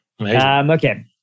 Okay